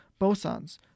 bosons